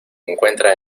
encuentra